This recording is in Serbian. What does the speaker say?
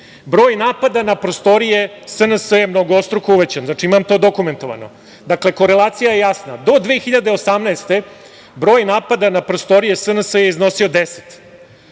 broj napada na prostorije SNS je mnogostruko uvećan. Imam to dokumentovano. Dakle, korelacija je jasna, do 2018. godine broj napada na prostorije SNS je iznosio 10,